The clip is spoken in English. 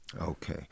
Okay